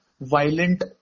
violent